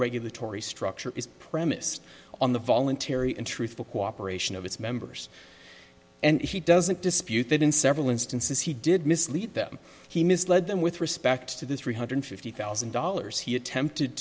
regulatory structure is premised on the voluntary and truthful cooperation of its members and he doesn't dispute that in several instances he did mislead them he misled them with respect to the three hundred fifty thousand dollars he attempted